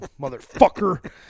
motherfucker